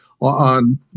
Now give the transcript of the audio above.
on